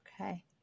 Okay